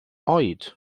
oed